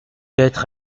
être